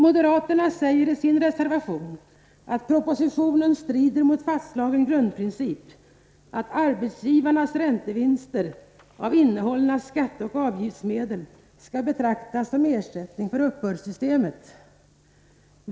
Moderaterna säger i sin reservation att propositionen strider mot den fastslagna grundprincipen att arbetsgivarnas räntevinster av innehållna skatteoch avgiftsmedel skall betraktas som ersättning för uppbördsarbetet.